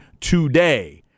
today